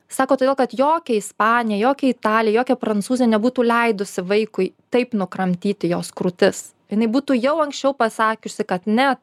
sako todėl kad jokia ispanė jokia italė jokia prancūzė nebūtų leidusi vaikui taip nukramtyti jos krūtis jinai būtų jau anksčiau pasakiusi kad ne